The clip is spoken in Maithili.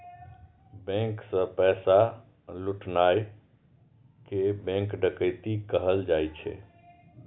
बैंक सं पैसा लुटनाय कें बैंक डकैती कहल जाइ छै